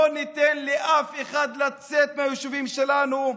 ולא ניתן לאף אחד לצאת מהיישובים שלנו,